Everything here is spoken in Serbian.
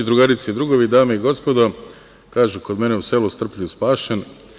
Drugarice i drugovi, dame i gospodo, kažu kod mene u selu - strpljen, spašen.